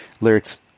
Lyrics